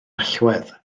allwedd